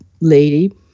lady